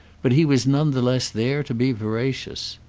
but he was none the less there to be veracious.